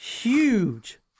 huge